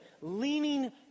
leaning